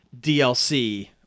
DLC